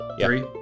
three